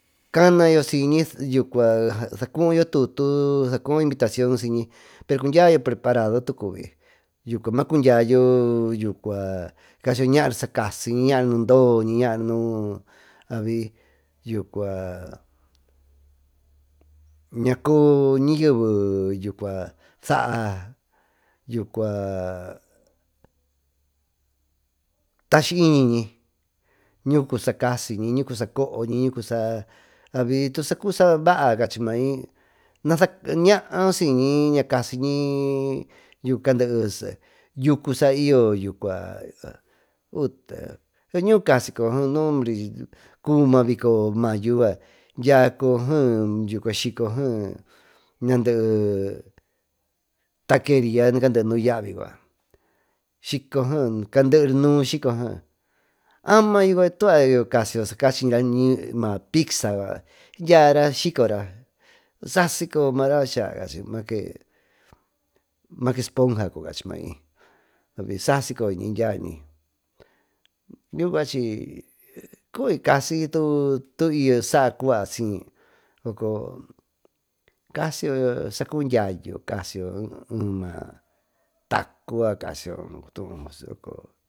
Canayo siyñi yucua sacuuyo tutu invitación cacundyayo preparado maa cundyayo cachiyo ñari sacasiñi ñaari nundoony yucua ñacoo lateve saa taskiyñi ñi nucu sa casiñi nucusa cooñi tusa cuvi sabaa cachi mai nasaa ñaa siyñi ña casiñi cayoceri yucu sa y yo yucua uta ñucasi coyo ebe noombre cubi ma bico mayo yucua dyia coyo skico coyo bee ñandee takeria candee nu yaavi yucua caanderino shiko bee amayo tuvayo casiyo piksa yucua dyara skicora sasi coyo mara cuaca cachi make esponga cuvi cachi mai sasi coyoñi dyiañi yuu cui casi tu iyo soco casiyo sacubi diayu casiy eema tacu yucua cosiyo cutuú.